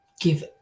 give